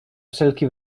wszelki